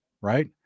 right